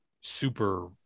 super